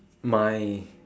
my